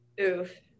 Oof